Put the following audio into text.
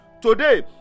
Today